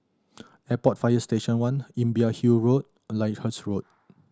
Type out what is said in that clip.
Airport Fire Station One Imbiah Hill Road and Lyndhurst Road